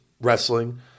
wrestling